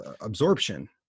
Absorption